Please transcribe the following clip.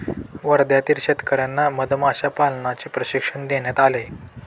वर्ध्यातील शेतकर्यांना मधमाशा पालनाचे प्रशिक्षण देण्यात आले